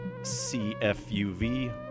CFUV